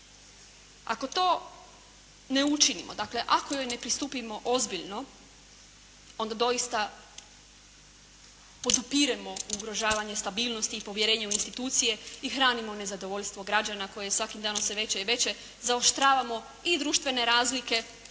ako to ne učinimo, dakle ako joj ne pristupimo ozbiljno, onda doista podupiremo ugrožavanje stabilnosti i povjerenje u institucije i hranimo nezadovoljstvo građana koje je svakim danom sve veće i veće, zaoštravamo i društvene razlike